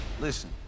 Listen